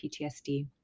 PTSD